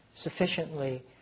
sufficiently